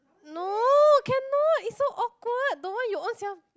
no cannot it's so awkward don't want you ownself